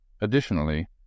Additionally